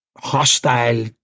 hostile